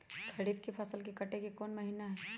खरीफ के फसल के कटे के कोंन महिना हई?